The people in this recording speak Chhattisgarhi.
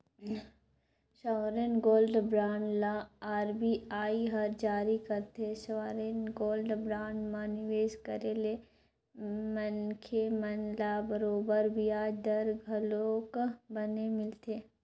सॉवरेन गोल्ड बांड ल आर.बी.आई हर जारी करथे, सॉवरेन गोल्ड बांड म निवेस करे ले मनखे मन ल बरोबर बियाज दर घलोक बने मिलथे